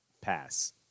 Pass